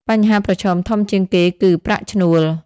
បញ្ហាប្រឈមធំជាងគេគឺ ប្រាក់ឈ្នួល។